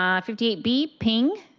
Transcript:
um fifty eight b, ping.